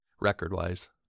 record-wise